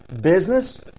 business